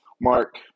Mark